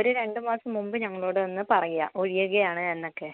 ഒരു രണ്ട് മാസം മുന്പ് ഞങ്ങളോട് ഒന്ന് പറയാണ് ഒഴിയുകയാണ് എന്നൊക്കെ